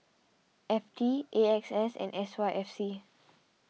F T A X S and S Y F C